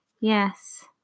yes